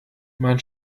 man